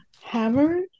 hammered